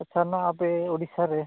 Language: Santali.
ᱟᱪᱪᱷᱟ ᱱᱚᱣᱟ ᱟᱯᱮ ᱳᱰᱤᱥᱟ ᱨᱮ